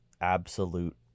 absolute